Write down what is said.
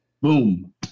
Boom